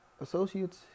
associates